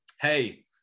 hey